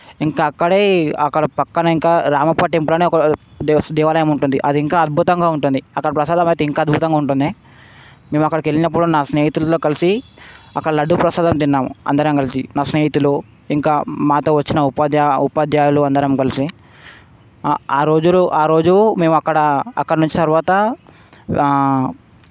ఇంకా అక్కడే అక్కడ పక్కన ఇంకా రామప్పా టెంపుల్ అని ఒక దేవ దేవాలయం ఉంటుంది అది ఇంకా అద్భుతంగా ఉంటుంది అక్కడ ప్రసాదము అయితే ఇంకా అద్భుతంగా ఉంటుంది మేము అక్కడికి వెళ్ళినప్పుడు నా స్నేహితులతో కలిసి అక్కడ లడ్డు ప్రసాదం తిన్నాము అందరం కలిసి నా స్నేహితులు ఇంకా మాతో వచ్చిన ఉపాధ్యాయ ఉపాధ్యాయులు అందరం కలిసి ఆ ఆ రోజులు ఆరోజు మేము అక్కడ అక్కడి నుంచి తర్వాత